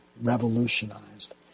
revolutionized